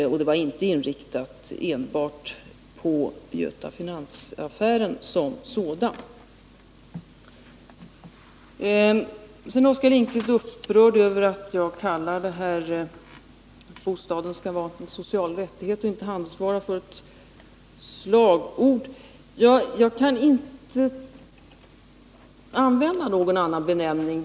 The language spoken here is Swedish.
Kravet var alltså inte inriktat enbart på Göta Finans-affären. Sedan är Oskar Lindkvist upprörd över att jag kallat formuleringen ”bostaden skall vara en social rättighet och inte en handelsvara” för ett slagord. Jag kan inte använda någon annan beteckning.